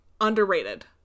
underrated